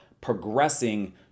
progressing